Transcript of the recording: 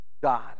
god